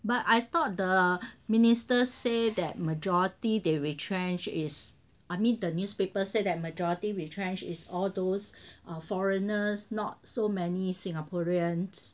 but I thought the minister say that majority the retrenched is I mean the newspaper said that majority retrenched is all those err foreigners not so many singaporeans